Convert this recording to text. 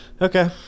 Okay